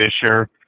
Fisher